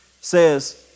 says